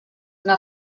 una